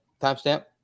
timestamp